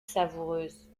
savoureuse